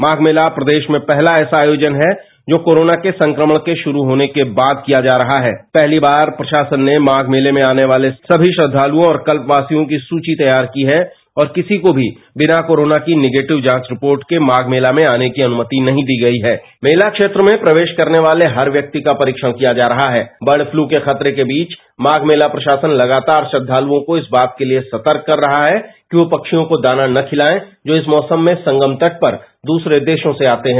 माघ मेला प्रदेश में पहला ऐसा बड़ा आयोजन है जो करुणा के संक्रमण के शुरू होने के बाद किया जा रहा है पहली बार प्रशासन ने माघ मेले में आने वाले सभी श्रद्धालुओं और कल वासियों की सूची तैयार की है और किसी को भी बिना कोरोना की निगेटिव जांच रिपोर्ट के माघ मेला में आने की अनुयाति नहीं दी गई मेला बेत्र में प्रवेश करने वाले हर व्यक्ति का परीक्षण किया जा रहा है बर्ड फ्लू के खतरे के बीचमाघ मेला प्रशासन लगातार श्रद्धालुओं को इस बात के लिए सतर्क कर रहा है कि वह पक्षियाँ को दाना न खिलाएं जो इस मौसम में संगम तट पर दूसरे देगों से आते है